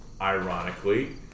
ironically